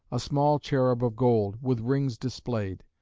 a small cherub of gold, with wings displayed.